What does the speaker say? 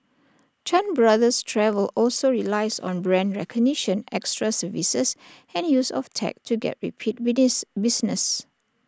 chan brothers travel also relies on brand recognition extra services and use of tech to get repeat business